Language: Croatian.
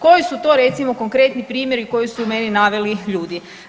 Koji su to recimo konkretni primjeri koji su meni naveli ljudi?